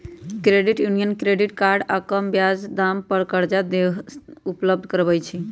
credit union credit card आऽ कम ब्याज दाम पर करजा देहो उपलब्ध करबइ छइ